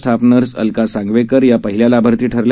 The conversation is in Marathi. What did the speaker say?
स्टाफ नर्स अलका सांगवेकर या पहिल्या लाभार्थी ठरल्या